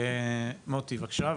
מוטי בבקשה.